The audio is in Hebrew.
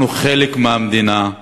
אנחנו חלק מהמדינה.